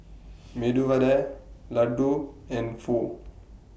Medu Vada Ladoo and Pho